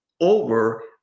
over